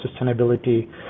sustainability